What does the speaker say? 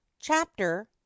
Chapter